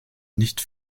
nicht